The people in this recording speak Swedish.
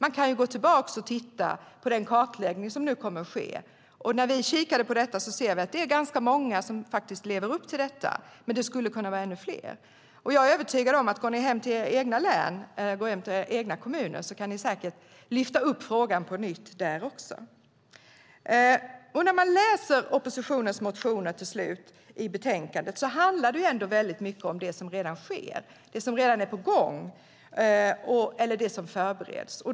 Man kan gå tillbaka och titta på den kartläggning som nu kommer att ske. När vi kikade på det såg vi att det är ganska många som lever upp till detta. Men det skulle kunna vara ännu fler. Jag är övertygad om att om ni går hem till era egna län och kommuner kan ni säkert lyfta upp frågan på nytt också där. När man läser oppositionens motioner och förslag till beslut i betänkandet ser man att det handlar väldigt mycket om det som redan sker, är på gång eller förbereds.